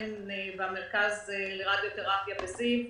בין המרכז לרדיותרפיה בזיו,